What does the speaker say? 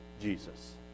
Jesus